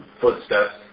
footsteps